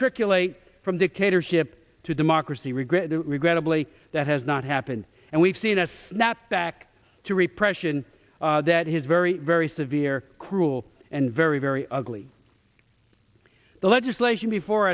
triculate from dictatorship to democracy regret regrettably that has not happened and we've seen a snap back to repression that has very very severe cruel and very very ugly the legislation before